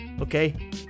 okay